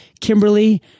Kimberly